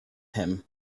him